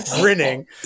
grinning